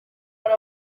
hari